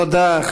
תודה,